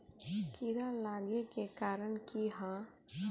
कीड़ा लागे के कारण की हाँ?